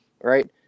right